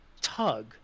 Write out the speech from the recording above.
tug